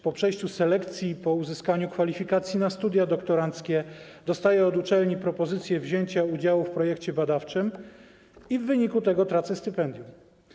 Po przejściu selekcji i po uzyskaniu kwalifikacji na studia doktoranckie dostaję od uczelni propozycję wzięcia udziału w projekcie badawczym i w wyniku tego tracę stypendium.